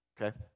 Okay